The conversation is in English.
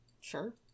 Sure